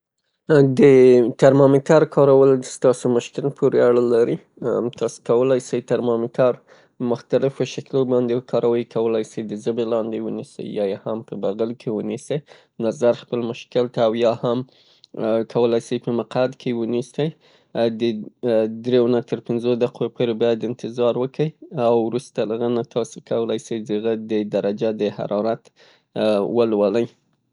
د ترمایمتر کارول ستاسې مشکل پورې اړه لري. تاسې کولای سئ ترمامیتر مختلفو شکلو باندې وکاروئ. کولای سئ تر زبې لاندې ونیسئ، یایې هم په بغل کې ونیسئ نظر خپل مشکل ته او یا هم کولای سئ په مقعد کې یې ونیسئ. د دریو نه تر پنځو دقو پورې انتظار وکئ او وروسته له هغه نه تاسې کولای سئ څې د هغه د حرارت درجه ولولئ.